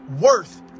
worth